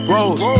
Rose